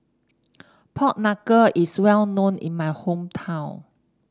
Pork Knuckle is well known in my hometown